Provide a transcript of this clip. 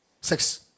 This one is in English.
Six